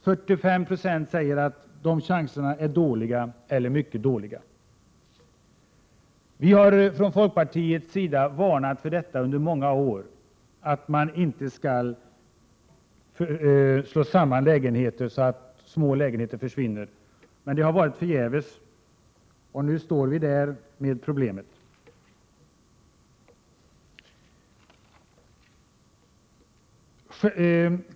45 960 säger att de chanserna är dåliga eller mycket dåliga. Från folkpartiets sida har vi under flera år varnat och sagt att man inte skall slå samman lägenheter så att små lägenheter försvinner. Det har varit förgäves. Nu står vi där med problemen.